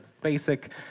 basic